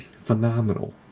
Phenomenal